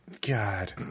God